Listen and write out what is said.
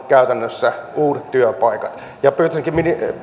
käytännössä uudet työpaikat pyytäisinkin